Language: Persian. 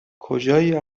کجایی